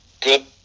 good